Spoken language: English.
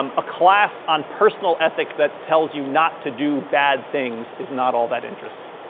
um a class on personal ethics that tells you not to do bad things is not all that interesting.